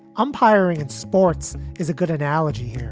umpiring in sports is a good analogy